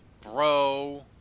Bro –